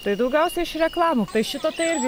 tai daugiausia iš reklamų tai šitą tai irgi